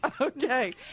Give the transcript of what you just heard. okay